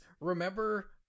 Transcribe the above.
remember